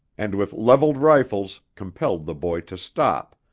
and with leveled rifles compelled the boy to stop,